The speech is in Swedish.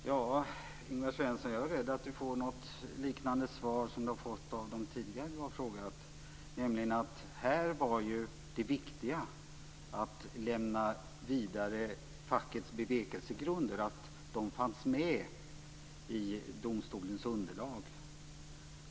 Fru talman! Jag är rädd att Ingvar Svensson får ett svar som liknar de svar han fått av dem som han frågat tidigare. Här var det viktiga att lämna vidare uppgifterna om fackets bevekelsegrunder, så att de fanns med i domstolens underlag.